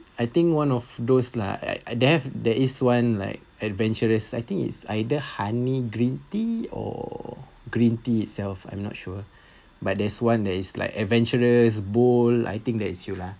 I think one of those lah at they've there is one like adventurous I think it's either honey green tea or green tea itself I'm not sure but there's one that is like adventurous bold I think that is you lah